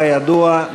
כידוע,